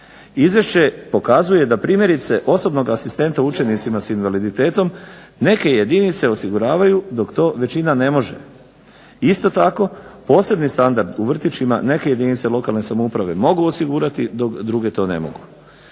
Izvješće pokazuje da primjerice osobnog asistenta učenicima s invaliditetom neke jedinice osiguravaju dok to većina ne može. Isto tako, posebni standard u vrtićima neke jedinice lokalne samouprave mogu osigurati dok druge to ne mogu.